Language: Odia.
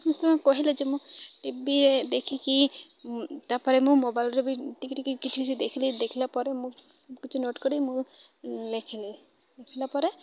ସମସ୍ତ କହିଲେ ଯେ ମୁଁ ଟିଭିରେ ଦେଖିକି ତା'ପରେ ମୁଁ ମୋବାଇଲରେ ବି ଟିକେ ଟିକେ କିଛି କିଛି ଦେଖିଲି ଦେଖିଲା ପରେ ମୁଁ ସବୁ କିଛି ନୋଟ୍ କରି ମୁଁ ଲେଖିଲି ଲେଖିଲା ପରେ